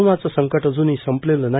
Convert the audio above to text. कोरोनाचे संकट अजूनही संपलेले नाही